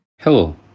Hello